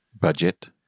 Budget